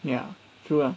ya true lah